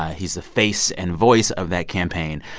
he's the face and voice of that campaign.